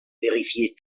vérifier